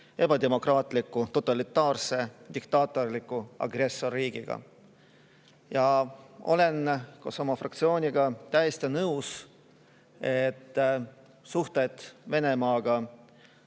ebademokraatliku totalitaarse diktaatorliku agressorriigiga. Olen koos oma fraktsiooniga täiesti nõus, et suhted Venemaaga